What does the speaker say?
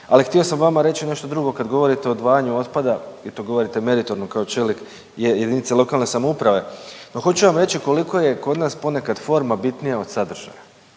ali htio sam vama reći nešto drugo kad govorite o odvajanju otpada i to govorite meritorno kao čovjek jedinice lokalne samouprave. Hoću vam reći koliko je kod nas ponekad forma bitnija od sadržaja.